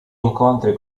incontri